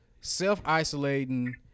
self-isolating